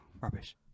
Rubbish